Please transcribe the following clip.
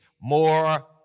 more